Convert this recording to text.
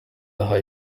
ahawe